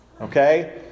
okay